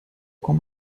com